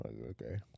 okay